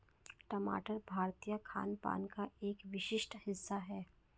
टमाटर भारतीय खानपान का एक विशिष्ट हिस्सा है